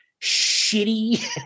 shitty